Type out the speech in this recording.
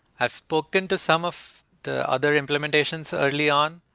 i've spoken to some of the other implementations early on.